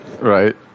Right